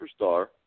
superstar